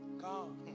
Come